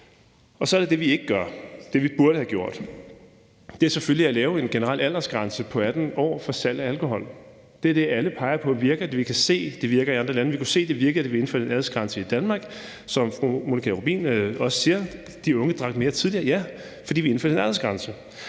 Så er der det, vi ikke gør, det, vi burde have gjort. Det er selvfølgelig at indføre en generel aldersgrænse på 18 år for salg af alkohol. Det er det, alle peger på virker. Vi kan se, det virker i andre lande. Vi kunne se, det virkede, da vi indførte en aldersgrænse i Danmark. Som fru Monika Rubin også siger, drak de unge mere tidligere, ja, og det var, fordi vi indførte en aldersgrænse.